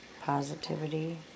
Positivity